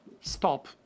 stop